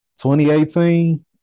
2018